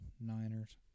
Niners